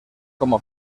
como